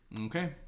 Okay